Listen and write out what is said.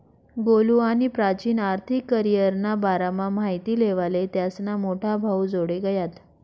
गोलु आणि प्राची आर्थिक करीयरना बारामा माहिती लेवाले त्यास्ना मोठा भाऊजोडे गयात